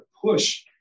push